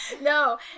No